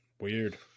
Weird